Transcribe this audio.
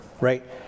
Right